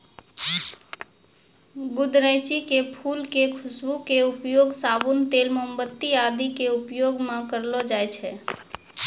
गुदरैंची के फूल के खुशबू के उपयोग साबुन, तेल, मोमबत्ती आदि के उपयोग मं करलो जाय छै